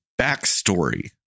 backstory